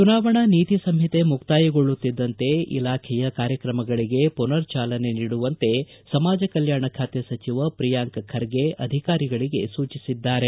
ಚುನಾವಣಾ ನೀತಿ ಸಂಹಿತೆ ಮುಕ್ತಾಯಗೊಳ್ಳುತ್ತಿದ್ದಂತೆ ಇಲಾಖೆಯ ಕಾರ್ಯತ್ರಮಗಳಿಗೆ ಪುನರ್ ಚಾಲನೆ ನೀಡುವಂತೆ ಸಮಾಜ ಕಲ್ಯಾಣ ಖಾತೆ ಸಚಿವ ಪ್ರಿಯಾಂಕ್ ಖರ್ಗೆ ಅಧಿಕಾರಿಗಳಿಗೆ ಸೂಚಿಸಿದ್ದಾರೆ